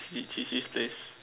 is it this place